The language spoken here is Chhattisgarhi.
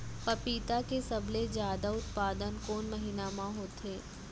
पपीता के सबले जादा उत्पादन कोन महीना में होथे?